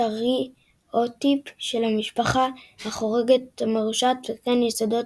בסטריאוטיפ של המשפחה החורגת המרושעת, וכן יסודות